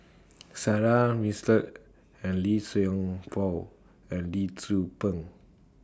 Sarah Winstedt and Lee Song Paul and Lee Tzu Pheng